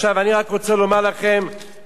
אני רק רוצה לומר לכם בסיכום,